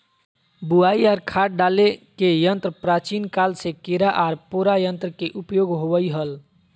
बुवाई आर खाद डाले के यंत्र प्राचीन काल से केरा आर पोरा यंत्र के उपयोग होवई हल